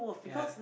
yeah